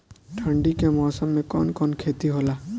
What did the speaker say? ठंडी के मौसम में कवन कवन खेती होला?